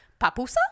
papusa